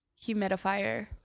humidifier